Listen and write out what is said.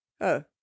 Oh